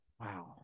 wow